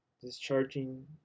discharging